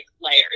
layers